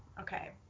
Okay